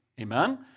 Amen